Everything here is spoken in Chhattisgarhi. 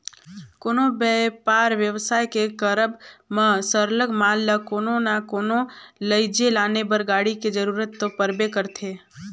कोनो बयपार बेवसाय के करब म सरलग माल ल कोनो ना कोनो लइजे लाने बर गाड़ी के जरूरत तो परबे करथे